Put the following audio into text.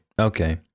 Okay